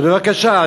אז בבקשה,